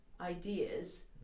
Ideas